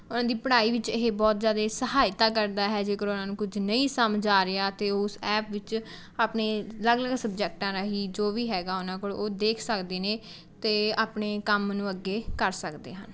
ਉਨ੍ਹਾਂਂ ਦੀ ਪੜ੍ਹਾਈ ਵਿੱਚ ਇਹ ਬਹੁਤ ਜ਼ਿਆਦੇ ਸਹਾਇਤਾ ਕਰਦਾ ਹੈ ਜੇਕਰ ਉਹਨਾਂ ਨੂੰ ਕੁਝ ਨਹੀਂ ਸਮਝ ਆ ਰਿਹਾ ਅਤੇ ਉਸ ਐਪ ਵਿੱਚ ਆਪਣੇ ਅਲੱਗ ਅਲੱਗ ਸਬਜੈਕਟਾਂ ਰਾਹੀਂ ਜੋ ਵੀ ਹੈ ਉਹਨਾਂ ਕੋਲ਼ ਉਹ ਦੇਖ ਸਕਦੇ ਨੇ ਅਤੇ ਆਪਣੇ ਕੰਮ ਨੂੰ ਅੱਗੇ ਕਰ ਸਕਦੇ ਹਨ